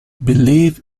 believe